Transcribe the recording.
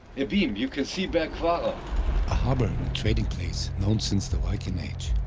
abeam you can see bergkvara a harbor and trading place known since the viking age.